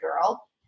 girl